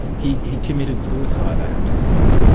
he he committed suicide i understand?